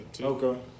Okay